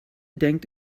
denkt